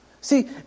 See